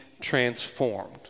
transformed